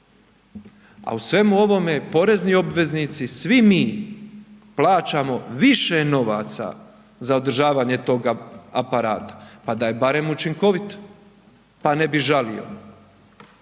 a u svemu ovome porezni obveznici, svi mi plaćamo više novaca za održavanje toga aparata. Pa da je barem učinkovit pa ne bi žalio,